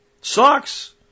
Sucks